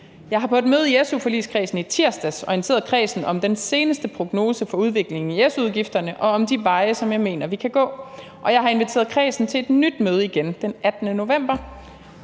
Jeg har på et møde i su-forligskredsen i tirsdags orienteret kredsen om den seneste prognose for udviklingen i su-udgifterne og om de veje, som jeg mener vi kan gå. Og jeg har inviteret kredsen til et nyt møde igen den 18. november.